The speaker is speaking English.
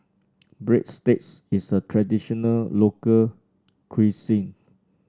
breadsticks is a traditional local cuisine